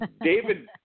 David